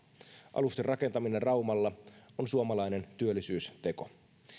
alusten rakentaminen raumalla on suomalainen työllisyysteko